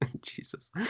Jesus